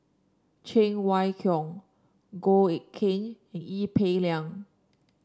Cheng Wai Keung Goh Eck Kheng and Ee Peng Liang